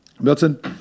Milton